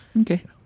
okay